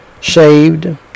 saved